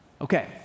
Okay